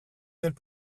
telle